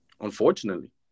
Unfortunately